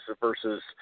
versus